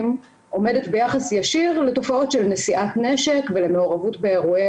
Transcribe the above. עומדת ביחס ישיר לתופעות של נשיאת נשק ולמעורבות באירועי